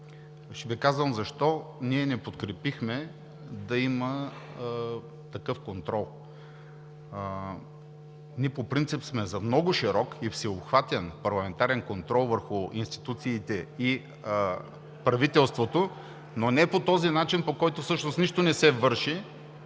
ще Ви кажа защо не подкрепихме да има такъв контрол. Ние по принцип сме за много широк, всеобхватен парламентарен контрол върху институциите и правителството, но не по този начин, по който всъщност нищо не се върши,